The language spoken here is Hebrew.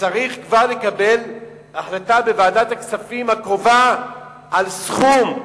צריך כבר לקבל החלטה בוועדת הכספים הקרובה על סכום,